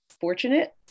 fortunate